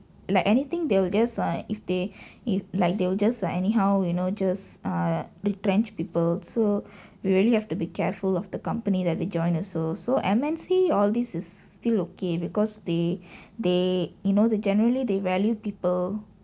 like anything they'll guess ah if they if like they'll just like anyhow you know just err retrench people so we really have to be careful of the company that we join also so M_N_C all these is still okay because they they you know they generally they value people